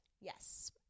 Yes